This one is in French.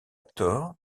tort